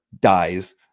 dies